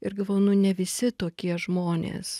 ir galvojau nu ne visi tokie žmonės